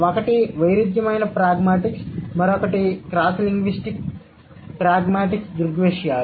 ఒకటి వైరుధ్యమైన ప్రాగ్మాటిక్స్ మరొకటి క్రాస్ లింగ్విస్టిక్ ప్రాగ్మాటిక్స్ దృగ్విషయాలు